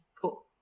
cool